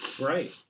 Right